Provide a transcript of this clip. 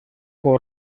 fou